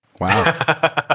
Wow